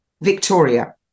victoria